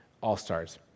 all-stars